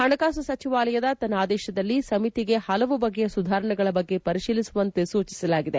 ಹಣಕಾಸು ಸಚಿವಾಲಯ ತನ್ನ ಆದೇಶದಲ್ಲಿ ಸಮಿತಿಗೆ ಪಲವು ಬಗೆಯ ಸುಧಾರಣೆಗಳ ಬಗ್ಗೆ ಪರಿಶೀಲಿಸುವಂತೆ ಸೂಚಿಸಲಾಗಿದೆ